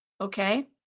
okay